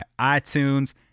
iTunes